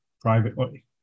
privately